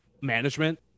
management